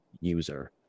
user